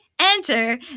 enter